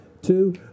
two